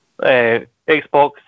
Xbox